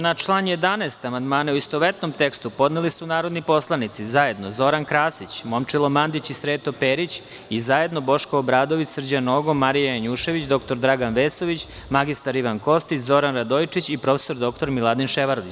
Na član 11. amandmane i istovetnom tekstu, podneli su narodni poslanici zajedno Zoran Krasić, Momčilo Mandić i Sreto Perić i zajedno Boško Obradović, Srđan Nogo, Marija Janjušević, dr Dragan Vesović, mr Ivan Kostić, Zoran Radojičić i prof. dr Miladin Ševarlić.